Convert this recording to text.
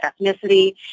ethnicity